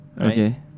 Okay